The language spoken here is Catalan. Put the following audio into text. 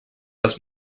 els